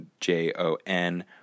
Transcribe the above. J-O-N